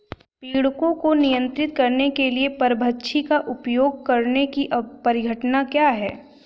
पीड़कों को नियंत्रित करने के लिए परभक्षी का उपयोग करने की परिघटना क्या है?